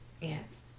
yes